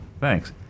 Thanks